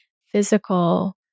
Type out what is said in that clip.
physical